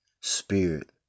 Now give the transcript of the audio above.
spirit